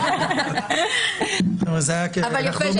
הסבר כללי